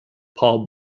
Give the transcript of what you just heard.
paul